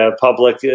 public